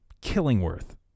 Killingworth